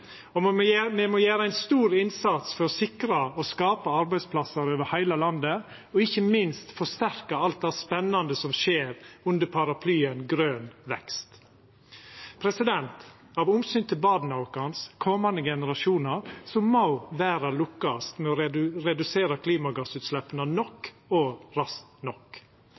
Me må gjera ein stor innsats for å sikra og skapa arbeidsplassar over heile landet, og ikkje minst forsterka alt det spennande som skjer under paraplyen grøn vekst. Av omsyn til barna våre, komande generasjonar, må verda lukkast med å redusera klimagassutsleppa nok og raskt nok.